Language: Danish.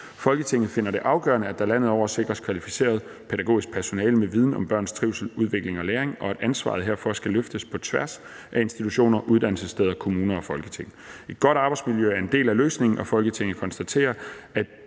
Folketinget finder det afgørende, at der landet over sikres kvalificeret pædagogisk personale med viden om børns trivsel, udvikling og læring, og at ansvaret herfor skal løftes på tværs af institutioner, uddannelsessteder, kommuner og Folketing. Et godt arbejdsmiljø er en del af løsningen, og Folketinget konstaterer, at